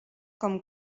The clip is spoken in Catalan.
com